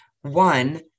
one